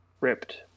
ripped